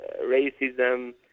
racism